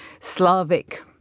Slavic